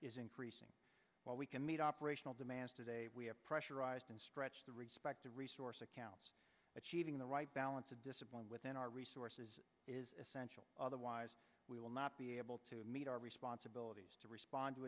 is increasing while we can meet operational demands today we have pressurized and stretched the respect to resource accounts achieving the right balance of discipline within our resources is essential otherwise we will not be able to meet our responsibilities to respond to